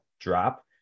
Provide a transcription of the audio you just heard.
drop